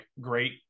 great